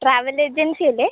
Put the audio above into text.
travel agency അല്ലേ